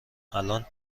الآن